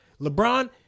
LeBron